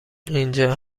اینجا